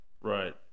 Right